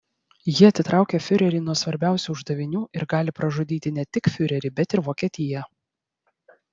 ji atitraukė fiurerį nuo svarbiausių uždavinių ir gali pražudyti ne tik fiurerį bet ir vokietiją